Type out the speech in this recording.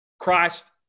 Christ